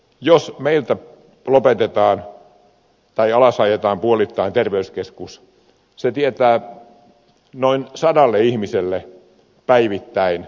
jos meiltä lopetetaan tai ajetaan puolittain alas terveyskeskus se tietää päivittäin noin sadalle ihmiselle salo reissun